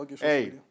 Hey